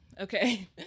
Okay